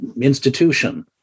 institution